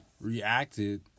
reacted